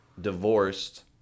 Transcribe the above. Divorced